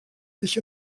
sich